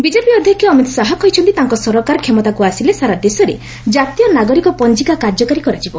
BJP ଅଧ୍ୟକ୍ଷ ଅମିତ୍ ଶାହା କହିଛନ୍ତି ତାଙ୍କ ସରକାର କ୍ଷମତାକୁ ଆସିଲେ ସାରା ଦେଶରେ ଜାତୀୟ ନାଗରିକ ପଞ୍ଜିକା କାର୍ଯ୍ୟକାରୀ କରାଯିବ